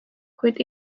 kuid